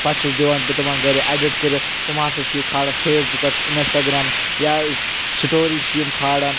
پَتہٕ چھُس دِوان بہٕ تِمَن گَرِ ایٚڈِٹ کٔرِتھ تِم ہَسا چھِ یہِ کھالان فیس بُکَس اِنَسٹاگرٛام یا سٕٹورِی چھِ یِم کھالان